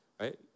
Right